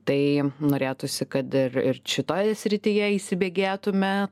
tai norėtųsi kad ir ir šitoj srityje įsibėgėtume